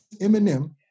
Eminem